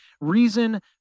Reason